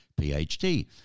PhD